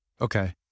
Okay